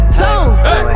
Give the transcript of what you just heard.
zone